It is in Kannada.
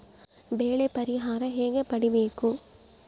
ಬೆಳೆ ಪರಿಹಾರ ಹೇಗೆ ಪಡಿಬೇಕು?